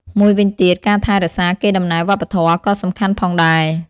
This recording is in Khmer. មួយវិញទៀតការថែរក្សាកេរដំណែលវប្បធម៌ក៏សំខាន់ផងដែរ។